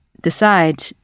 decide